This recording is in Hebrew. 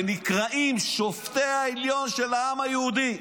ונקראים: שופטי העליון של העם היהודי,